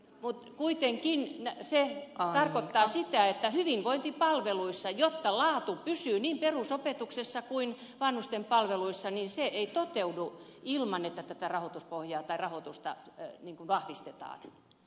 mutta kuitenkin se tarkoittaa sitä että hyvinvointipalvelut jotta laatu pysyy niin perusopetuksessa kuin vanhusten palveluissa eivät toteudu ilman että tätä rahoituspohjaa tai rahoitusta vahvistetaan